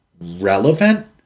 relevant